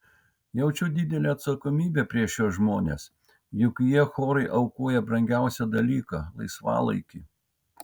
jaučiu didelę atsakomybę prieš šiuos žmones juk jie chorui aukoja brangiausią dalyką laisvalaikį